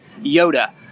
Yoda